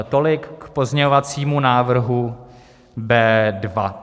Tolik k pozměňovacímu návrhu B2.